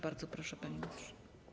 Bardzo proszę, panie ministrze.